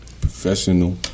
Professional